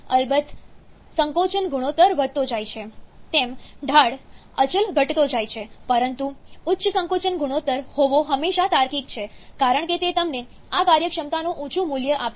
અલબત્ત સંકોચન ગુણોત્તર વધતો જાય છે તેમ ઢાળ અચલ ઘટતો જાય છે પરંતુ ઉચ્ચ સંકોચન ગુણોત્તર હોવો હંમેશા તાર્કિક છે કારણ કે તે તમને આ કાર્યક્ષમતાનું ઊંચું મૂલ્ય આપશે